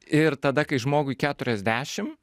ir tada kai žmogui keturiasdešim